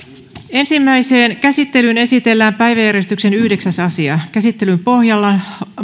ensimmäiseen käsittelyyn esitellään päiväjärjestyksen yhdeksäs asia käsittelyn